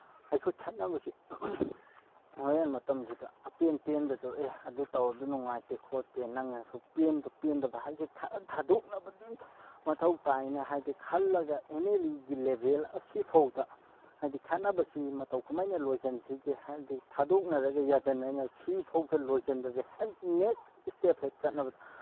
ꯑꯩꯈꯣꯏ ꯈꯠꯅꯕꯁꯤ ꯋꯥꯌꯦꯟ ꯃꯇꯝꯁꯤꯗ ꯑꯄꯦꯟ ꯄꯦꯟꯗꯗꯣ ꯑꯦ ꯑꯗꯨ ꯇꯧꯔꯗꯤ ꯅꯨꯡꯉꯥꯏꯇꯦ ꯈꯣꯠꯇꯦ ꯅꯪꯅꯁꯨ ꯄꯦꯟꯕ ꯄꯦꯟꯗꯕ ꯍꯥꯏꯕꯁꯤ ꯈꯔ ꯊꯥꯗꯣꯛꯅꯕꯗꯤ ꯃꯊꯧ ꯇꯥꯏꯅ ꯍꯥꯏꯕꯗꯤ ꯈꯜꯂꯒ ꯑꯦꯃꯦꯂꯦꯒꯤ ꯂꯦꯕꯦꯜ ꯑꯁꯤꯐꯥꯎꯗ ꯍꯥꯏꯗꯤ ꯈꯠꯅꯕꯁꯤ ꯃꯇꯧ ꯀꯃꯥꯏꯅ ꯂꯣꯏꯁꯤꯟꯁꯤꯒꯦ ꯍꯥꯏꯕꯗꯤ ꯊꯥꯗꯣꯛꯅꯔꯒ ꯌꯥꯁꯤꯟꯅꯔꯒ ꯁꯤꯐꯥꯎꯗ ꯂꯣꯏꯁꯟꯗ꯭ꯔꯗꯤ ꯍꯦꯛ ꯅꯦꯛꯁ ꯏꯁꯇꯦꯞ ꯍꯦꯛ ꯆꯠꯅꯕꯗ